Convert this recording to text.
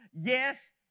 Yes